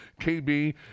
KB